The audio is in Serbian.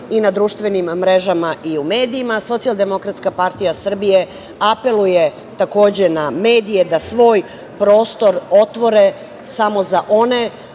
i na društvenim mrežama i u medijima. Socijaldemokratska partija Srbije apeluje takođe na medije da svoj prostor otvore samo za one